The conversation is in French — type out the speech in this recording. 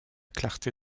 clarté